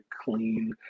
clean